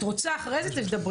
את רוצה תדברי אחרי כן.